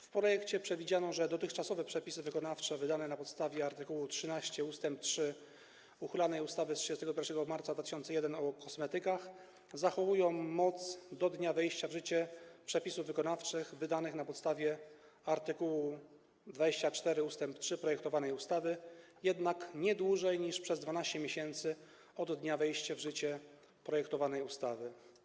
W projekcie przewidziano, że dotychczasowe przepisy wykonawcze wydane na podstawie art. 13 ust. 3 uchylanej ustawy z 31 marca 2001 r. o kosmetykach zachowują moc do dnia wejścia w życie przepisów wykonawczych wydanych na podstawie art. 24 ust. 3 projektowanej ustawy, jednak nie dłużej niż przez 12 miesięcy od dnia wejścia w życie projektowanej ustawy.